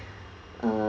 uh